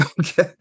Okay